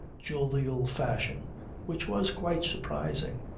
jovial fashion which was quite surprising.